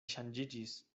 ŝanĝiĝis